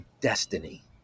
destiny